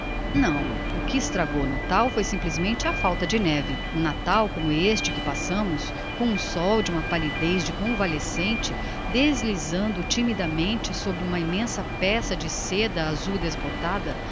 não o que estragou o natal foi simplesmente a falta de neve um natal como este que passamos com um sol de uma pallidez de convalescente deslizando timidamente sobre uma immensa peça de seda azul desbotada